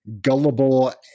gullible